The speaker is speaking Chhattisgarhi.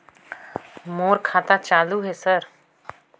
मोर खाता चालु हे सर?